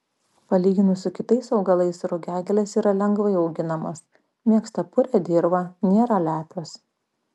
palyginus su kitais augalais rugiagėlės yra lengvai auginamos mėgsta purią dirvą nėra lepios